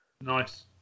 Nice